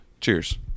Cheers